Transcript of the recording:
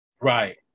Right